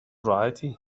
راحتی